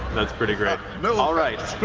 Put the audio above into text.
that's pretty great. you know all right. but